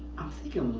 i'm thinking.